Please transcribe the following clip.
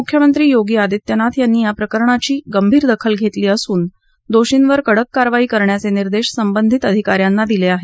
मुख्यमंत्री योगी आदित्यनाथ यांनी या प्रकरणाची गंभीर दखल घेतली असून दोषींवर कडक कारवाई करण्याचे निर्देश संबंधित वरीष्ठ अधिका यांना दिले आहेत